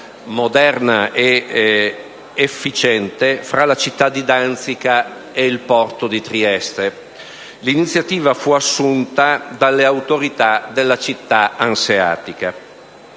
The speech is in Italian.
moderna ed efficiente, fra la città di Danzica ed il Porto di Trieste. L'iniziativa fu assunta dalle autorità della città anseatica.